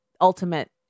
ultimate